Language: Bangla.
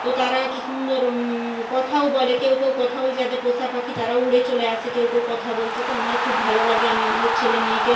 তো তারা কী সুন্দর কথাও বলে কেউ কেউ কথা বলছে যাদের পোষা পাখি তারাও উড়ে চলে আসে কেউ কেউ কথা বলছে তো আমার খুব ভালো লাগে আমি আমাদের ছেলে মেয়েকে